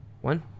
One